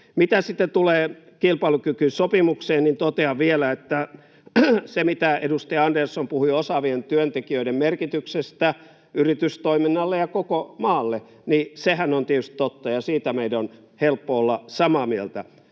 Mitä sitten tulee kilpailukykysopimukseen, niin totean vielä, että se, mitä edustaja Andersson puhui osaavien työntekijöiden merkityksestä yritystoiminnalle ja koko maalle, on tietysti totta ja siitä meidän on helppo olla samaa mieltä.